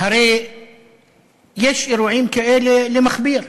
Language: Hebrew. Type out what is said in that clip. הרי יש אירועים כאלה למכביר,